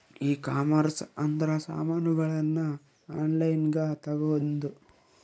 ಈ ಕಾಮರ್ಸ್ ಅಂದ್ರ ಸಾಮಾನಗಳ್ನ ಆನ್ಲೈನ್ ಗ ತಗೊಂದು